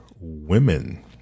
women